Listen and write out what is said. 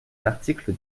l’article